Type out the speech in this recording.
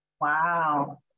Wow